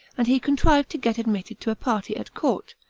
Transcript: and he contrived to get admitted to a party at court,